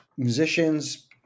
musicians